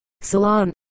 Salon